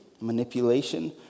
manipulation